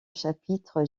chapitre